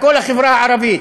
כל החברה הערבית.